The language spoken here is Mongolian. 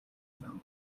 зам